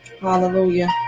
Hallelujah